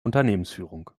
unternehmensführung